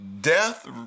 death